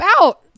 out